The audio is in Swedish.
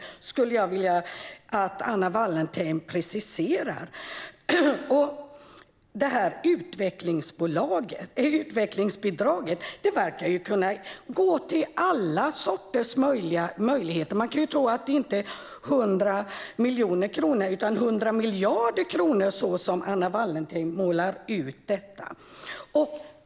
Det skulle jag vilja att Anna Wallentheim preciserar. Utvecklingsbidraget verkar kunna gå till alla sorters möjligheter. Man kan tro att det inte är 100 miljoner kronor utan 100 miljarder kronor, så som Anna Wallentheim målar upp det.